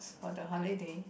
for the holiday